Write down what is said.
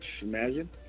imagine